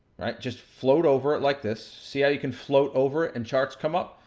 just float over it like this. see how you can float over it, and charts come up.